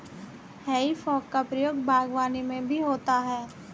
हेइ फोक का प्रयोग बागवानी में भी होता है